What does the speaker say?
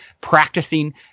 practicing